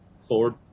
Ford